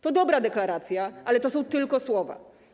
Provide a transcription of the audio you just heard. To dobra deklaracja, ale to są tylko słowa.